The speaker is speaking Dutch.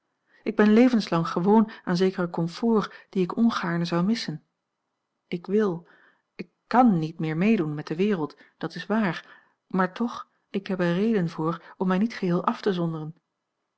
ik ben levenslang gewoon aan zekere comforts die ik ongaarne zou missen ik wil ik kan niet meer meedoen met de wereld dat is waar maar toch ik heb er reden voor om mij niet geheel af te zonderen